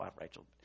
Rachel